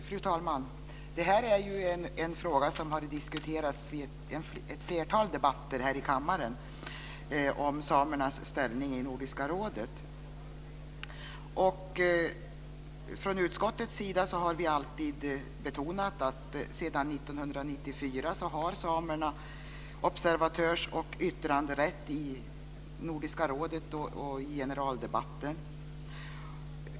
Fru talman! Samernas ställning i Nordiska rådet är en fråga som har diskuterats vid ett flertal debatter här i kammaren. Från utskottets sida har vi alltid betonat att samerna sedan 1994 har observatörs och yttranderätt i Nordiska rådet och i generaldebatten.